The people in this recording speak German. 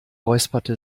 räusperte